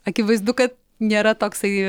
akivaizdu kad nėra toksai